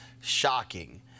shocking